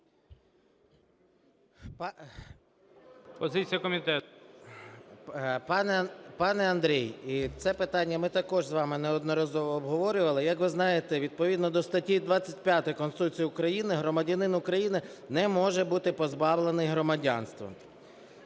СОЛЬСЬКИЙ М.Т. Пане Андрій, це питання ми також з вами неодноразово обговорювали. Як ви знаєте, відповідно до статті 25 Конституції України громадянин України не може бути позбавлений громадянства.